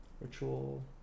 Ritual